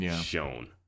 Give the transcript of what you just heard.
shown